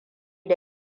da